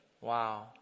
Wow